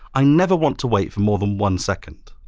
i never want to wait for more than one second.